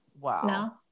Wow